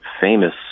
famous